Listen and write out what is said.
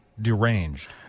deranged